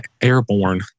airborne